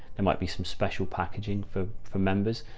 there might be some special packaging for, for members.